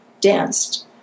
danced